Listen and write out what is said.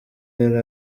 yari